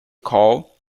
call